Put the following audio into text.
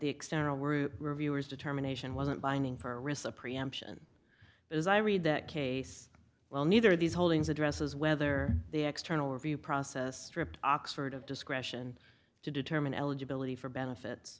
the external were reviewers determination wasn't binding for risk that preemption as i read that case well neither of these holdings addresses whether the external review process tripped oxford of discretion to determine eligibility for benefits